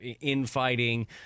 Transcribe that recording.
infighting